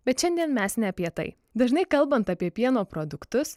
bet šiandien mes ne apie tai dažnai kalbant apie pieno produktus